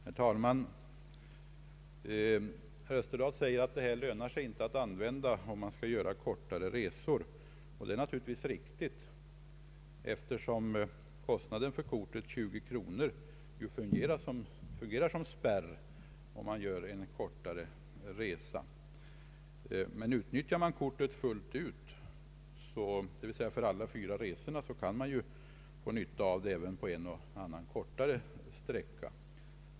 Herr talman! Herr Österdahl säger att det inte lönar sig att använda 67 kortet vid kortare resor. Det är naturligtvis riktigt, eftersom kostnaden för kortet, 20 kronor, fungerar som spärr om man gör en kortare resa. Om man utnyttjar kortet fullt ut, dvs. för alla fyra resorna, kan man få nytta av det även på en och annan kortare sträcka.